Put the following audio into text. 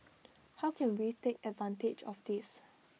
how can we take advantage of this